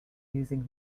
using